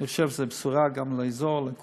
אני חושב שזו בשורה גם לאזור, לכולם.